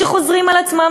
שחוזרים על עצמם,